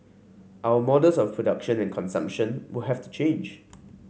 our models of production and consumption will have to change